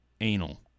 anal